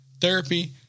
therapy